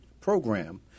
Program